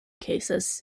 cases